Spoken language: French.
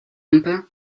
hampe